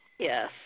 Yes